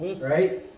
right